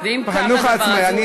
החינוך העצמאי,